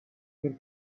del